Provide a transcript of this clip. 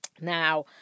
Now